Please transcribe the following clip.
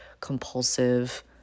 compulsive